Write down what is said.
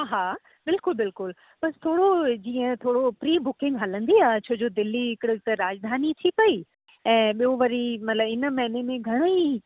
हा हा बिल्कुलु बिल्कुलु बसि थोड़ो जीअं थोरो प्री बुकिंग हलंदी आहे छोजो दिल्ली हिकिड़ो त राजधानी थी वई ऐं ॿियों वरी मतिलबु इन महीने में घणो ई